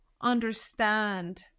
understand